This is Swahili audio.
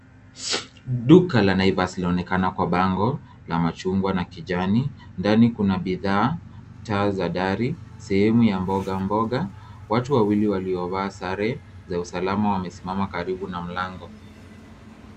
Duka la naivas linaonekana kwa bango la machungwa na kijani. Ndani kuna bidhaa, taa za dari, sehemu ya mboga mboga. Watu wawili waliovaa sare za usalama wamesimama karibu na mlango.